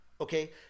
okay